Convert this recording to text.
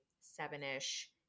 seven-ish